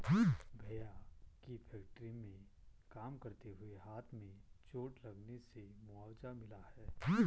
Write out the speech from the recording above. भैया के फैक्ट्री में काम करते हुए हाथ में चोट लगने से मुआवजा मिला हैं